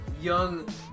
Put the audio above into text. young